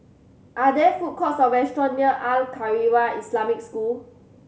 are there food courts or restaurant near Al Khairiah Islamic School